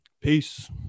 peace